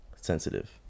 sensitive